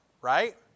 Right